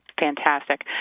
Fantastic